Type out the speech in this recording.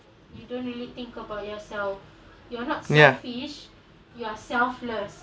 ya